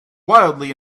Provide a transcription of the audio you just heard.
wildly